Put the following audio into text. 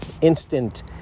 instant